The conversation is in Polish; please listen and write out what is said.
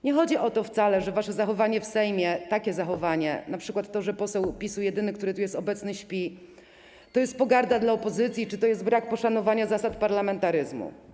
Nie chodzi o to wcale, że wasze zachowanie w Sejmie, takie zachowanie, np. to, że poseł PiS-u jedyny, który jest tu obecny, śpi, to jest pogarda dla opozycji czy to jest brak poszanowania zasad parlamentaryzmu.